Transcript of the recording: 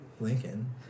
Lincoln